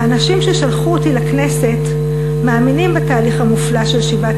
האנשים ששלחו אותי לכנסת מאמינים בתהליך המופלא של שיבת